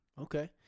okay